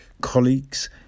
colleagues